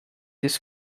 this